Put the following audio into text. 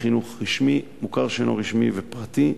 בחינוך רשמי, מוכר שאינו רשמי ופרטי.